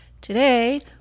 Today